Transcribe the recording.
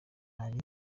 hari